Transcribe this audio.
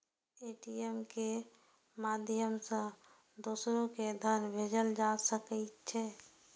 ATM के माध्यम सं दोसरो कें धन भेजल जा सकै छै